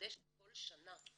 שמתחדשת כל שנה.